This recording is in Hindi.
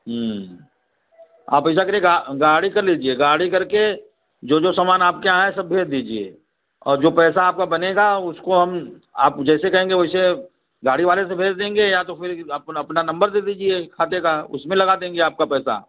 आप ऐसा करिएगा गाड़ी कर लीजिएगा गाड़ी करके जो जो सामान आपके यहाँ है सब भेज दीजिए और जो पैसा आपका बनेगा उसको हम आप जैसे कहेंगे वैसे गाड़ी वाले से भेज देंगे या तो फिर आप कोन अपना नंबर दे दीजिए खाते का उसमें लगा देंगे आपका पैसा